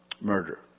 murder